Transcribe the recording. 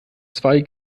zwei